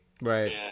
right